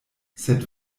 sed